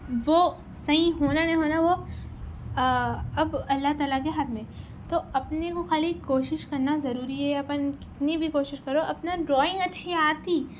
وہ صحیح ہونا نہیں ہونا وہ اب اللہ تعالیٰ کے ہاتھ میں ہے تو اپنے کو خالی کوشش کرنا ضروری ہے اپن کتنی بھی کوشش کرو اپنا ڈرائنگ اچّھی آتی